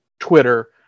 Twitter